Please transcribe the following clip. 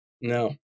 No